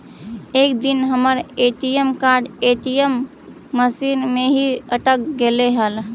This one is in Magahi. एक दिन हमर ए.टी.एम कार्ड ए.टी.एम मशीन में ही अटक गेले हल